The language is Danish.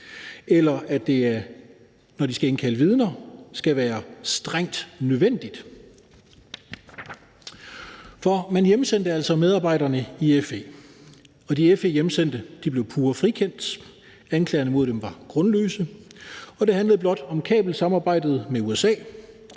eller at det, når de skal indkalde vidner, skal være strengt nødvendigt. Man hjemsendte altså medarbejderne i FE, og de hjemsendte fra FE blev pure frikendt. Anklagerne mod dem var grundløse, og det handlede blot om kabelsamarbejdet med USA,